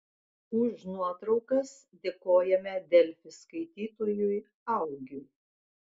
už nuotraukas dėkojame delfi skaitytojui augiui